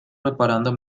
reparando